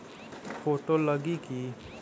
Photo लगी कि?